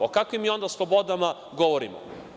O kakvim mi onda slobodama govorimo?